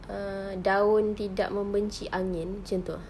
err daun tidak membenci angin macam itu ah